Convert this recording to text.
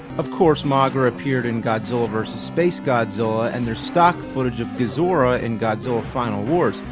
of course, moguera appeared in godzilla vs. space godzilla' and there's stock footage of gezora in godzilla final wars',